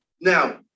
Now